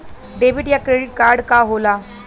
Debit या credit card का होला?